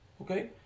Okay